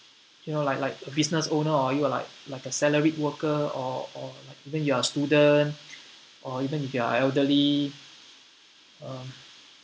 you're like like a business owner or you're like like a salaried worker or or even you're a student or even if you are elderly uh